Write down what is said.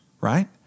right